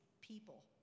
people